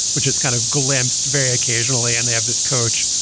which has kind of glimpsed very occasionally. and they have this coach,